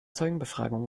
zeugenbefragung